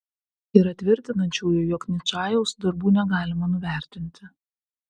yra tvirtinančiųjų jog ničajaus darbų negalima nuvertinti